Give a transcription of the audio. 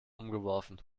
umgeworfen